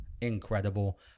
incredible